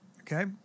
okay